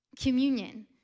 communion